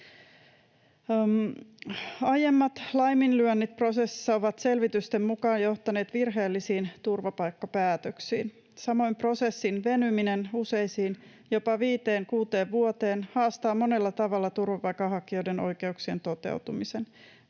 Aiemmat laiminlyönnit prosessissa ovat selvitysten mukaan johtaneet virheellisiin turvapaikkapäätöksiin. Samoin prosessin venyminen jopa 5—6 vuoteen haastaa monella tavalla turvapaikanhakijoiden oikeuksien toteutumisen.